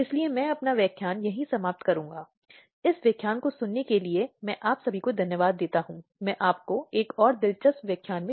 अगले व्याख्यान में हम देखेंगे अन्य अधिकार जो महिला कानून के तहत हकदार हैं